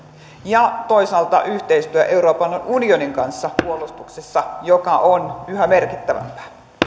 ja toisaalta yhteistyö euroopan unionin kanssa puolustuksessa joka on yhä merkittävämpää